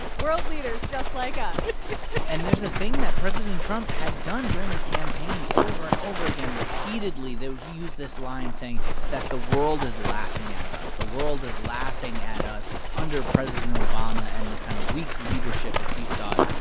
world leaders just like us and there's a thing that president trump had done during the campaign over and over again. repeatedly, though, he used this line saying that the world is laughing at us. the world is laughing at us under president obama and the kind of weak leadership, as he saw it.